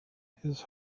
his